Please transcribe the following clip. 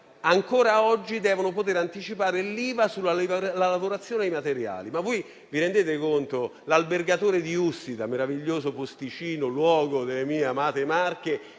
ancora oggi devono anticipare l'IVA sulla lavorazione dei materiali. Ma vi rendete conto? L'albergatore di Ussita, posto meraviglioso, luogo delle mie amate Marche,